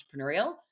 entrepreneurial